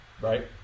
Right